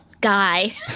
guy